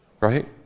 right